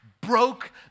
broke